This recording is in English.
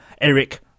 Eric